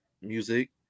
music